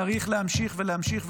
צריך להמשיך ולהמשיך ולהמשיך,